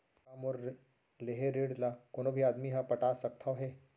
का मोर लेहे ऋण ला कोनो भी आदमी ह पटा सकथव हे?